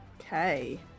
Okay